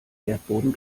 erdboden